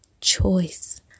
choice